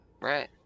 Right